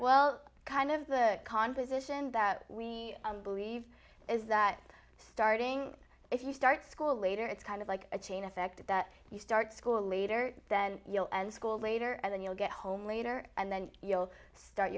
well kind of the conversation that we believe is that starting if you start school later it's kind of like a chain effect that you start school later then you'll end school later and then you'll get home later and then you'll start